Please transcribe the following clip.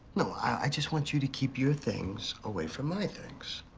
no, i i just want you to keep your things away from my things.